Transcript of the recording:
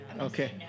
Okay